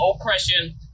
oppression